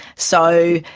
so